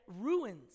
ruins